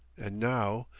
and now,